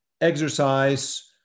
exercise